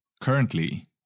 Currently